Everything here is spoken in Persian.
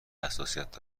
حساسیت